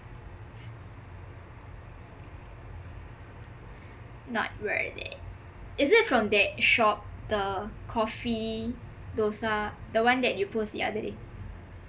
not worth it is it from that shop the coffee dosai the [one] that you post the other day